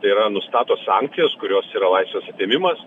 tai yra nustato sankcijas kurios yra laisvės atėmimas